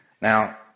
Now